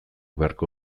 beharko